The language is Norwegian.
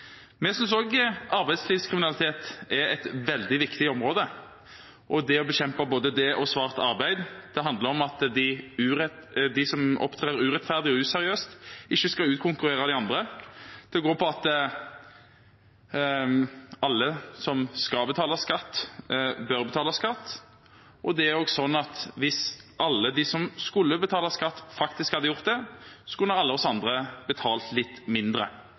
Vi synes også arbeidslivskriminalitet er et veldig viktig område. Det å bekjempe både det og svart arbeid handler om at de som opptrer urettferdig og useriøst, ikke skal utkonkurrere de andre. Det går på at alle som skal betale skatt, bør betale skatt. Det er også slik at hvis alle de som skulle betalt skatt, hadde gjort det, kunne alle vi andre betalt litt mindre.